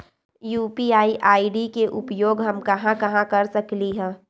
UPI ID के उपयोग हम कहां कहां कर सकली ह?